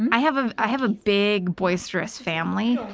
i have a i have a big boisterous family.